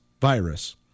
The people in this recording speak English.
virus